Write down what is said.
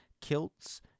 kilts